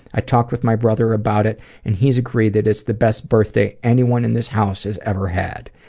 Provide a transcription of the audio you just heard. i talked with my brother about it and he's agreed that it's the best birthday anyone in this house has ever had.